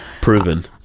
Proven